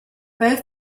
both